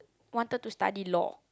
wanted to study law